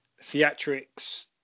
theatrics